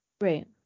right